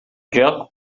joc